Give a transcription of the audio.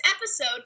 episode